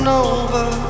over